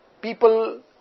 people